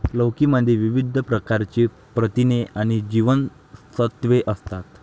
लौकी मध्ये विविध प्रकारची प्रथिने आणि जीवनसत्त्वे असतात